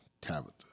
Tabitha